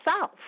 south